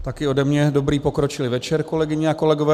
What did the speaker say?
Taky ode mě dobrý pokročilý večer, kolegyně a kolegové.